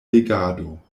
legado